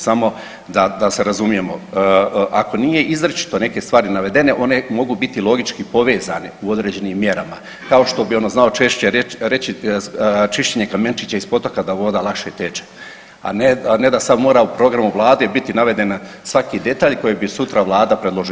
Samo, da se razumijemo, ako nije izričito neke stvari navedene, one mogu biti logički povezane u određenim mjerama, kao što bi ono znao češće reći, čišćenje kamenčića iz potoka da voda lakše teče, a ne da se on mora u programu Vlade biti navedena svaki detalj kojeg bi sutra Vlada predložila.